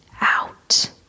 out